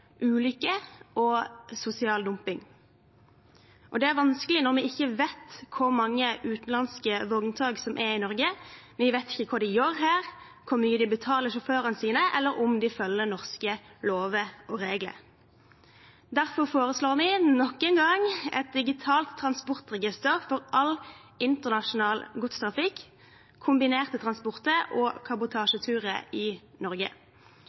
ulykker og sosial dumping. Det er vanskelig når vi ikke vet hvor mange utenlandske vogntog som er i Norge, når vi ikke vet hva de gjør her, hvor mye de betaler sjåførene sine, eller om de følger norske lover og regler. Derfor foreslår vi nok en gang et digitalt transportregister for all internasjonal godstrafikk, kombinerte transporter og kabotasjeturer i